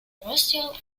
terrestrial